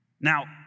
Now